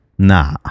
Nah